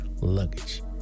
luggage